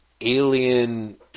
alien